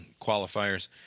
qualifiers